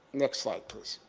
next slide please.